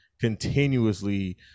continuously